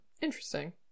interesting